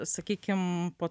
sakykim po